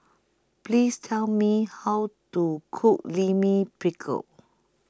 Please Tell Me How to Cook Lime Pickle